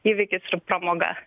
įvykis ir pramoga